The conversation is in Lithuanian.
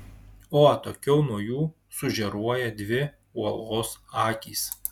o atokiau nuo jų sužėruoja dvi uolos akys